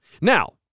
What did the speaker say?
Now